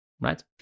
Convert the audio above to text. Right